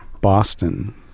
Boston